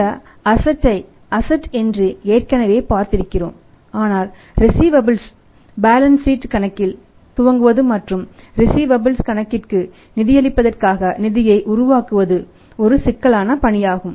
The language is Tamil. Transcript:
இந்த அசட்டை கணக்கிற்கு நிதியளிப்பதற்காக நிதியை உருவாக்குவது ஒரு சிக்கலான பணியாகும்